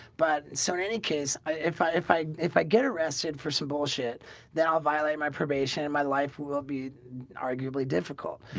but so many kids if i if i if i get arrested for some bullshit then i'll violate my probation in my life will be arguably difficult,